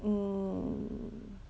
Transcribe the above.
um